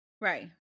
Right